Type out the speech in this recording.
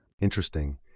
Interesting